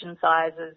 sizes